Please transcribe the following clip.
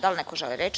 Da li neko želi reč?